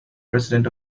president